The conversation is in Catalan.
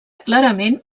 clarament